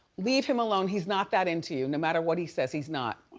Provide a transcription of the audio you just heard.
leave him alone, he's not that into you. no matter what he says, he's not.